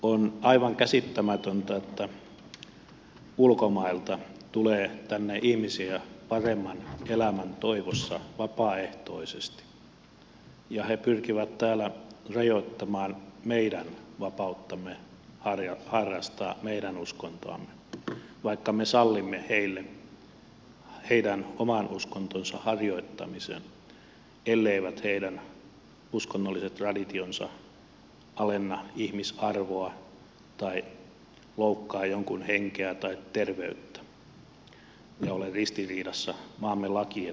on aivan käsittämätöntä että ulkomailta tulee tänne ihmisiä paremman elämän toivossa vapaaehtoisesti ja he pyrkivät täällä rajoittamaan meidän vapauttamme harrastaa meidän uskontoamme vaikka me sallimme heille heidän oman uskontonsa harjoittamisen elleivät heidän uskonnolliset traditionsa alenna ihmisarvoa tai loukkaa jonkun henkeä tai terveyttä ja ole ristiriidassa maamme lakien kanssa